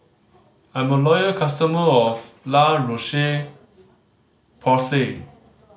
I'm a loyal customer of La Roche Porsay